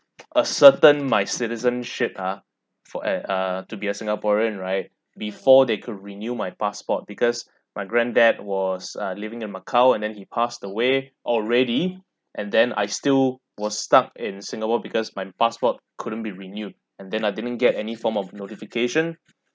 ascertain my citizenship ah for a uh to be a singaporean right before they could renew my passport because my granddad was uh living in macau and then he passed away already and then I still was stuck in singapore because my passport couldn't be renewed and then I didn't get any form of notification